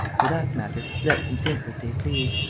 for that matter, let them think what they please.